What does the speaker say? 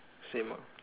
same lor